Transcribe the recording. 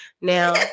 now